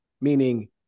meaning